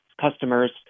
customers